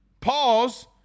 Pause